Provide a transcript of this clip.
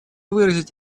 выразить